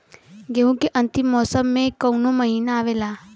गेहूँ के अंतिम मौसम में कऊन महिना आवेला?